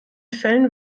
fällen